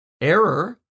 Error